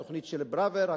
בתוכנית של פראוור,